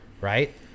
Right